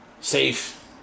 Safe